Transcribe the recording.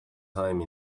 time